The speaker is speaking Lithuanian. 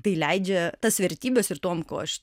tai leidžia tas vertybes ir tom kuo aš